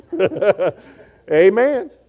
Amen